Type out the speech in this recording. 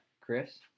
Chris